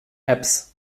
apps